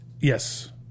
Yes